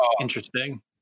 interesting